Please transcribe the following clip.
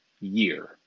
year